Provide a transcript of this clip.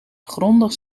grondig